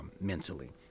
mentally